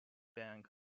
bank